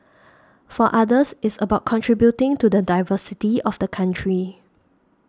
for others it's about contributing to the diversity of the country